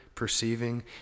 perceiving